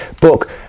book